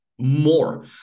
more